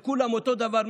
לכולם אותו דבר,